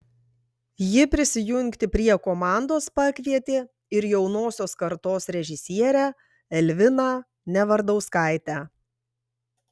ji prisijungti prie komandos pakvietė ir jaunosios kartos režisierę elviną nevardauskaitę